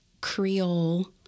Creole